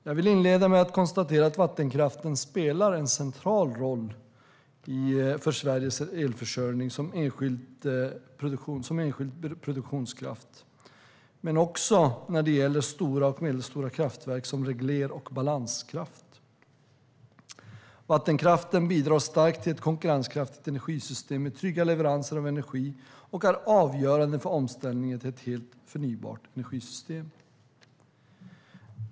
Jag vill inleda med att konstatera att vattenkraften spelar en central roll för Sveriges elförsörjning som enskild produktionskraft men också när det gäller stora och medelstora kraftverk som regler och balanskraft. Vattenkraften bidrar starkt till ett konkurrenskraftigt energisystem med trygga leveranser av energi och är avgörande för omställningen till ett helt förnybart energisystem.